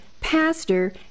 pastor